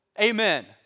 Amen